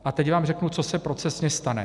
A teď vám řeknu, co se procesně stane.